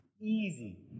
easy